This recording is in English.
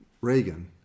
Reagan